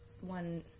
one